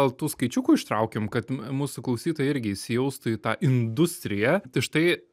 gal tų skaičiukų ištraukim kad mūsų klausytojai irgi įsijaustų į tą industriją tai štai